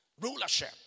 rulership